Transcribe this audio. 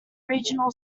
regional